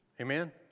Amen